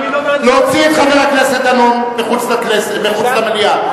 להוציא את חבר הכנסת מחוץ למליאה.